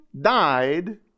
died